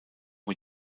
mit